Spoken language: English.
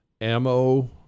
ammo